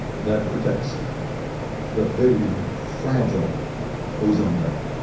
that protects the very fragile ozone later.